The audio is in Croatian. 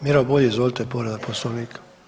Miro Bulj, izvolite povreda Poslovnika.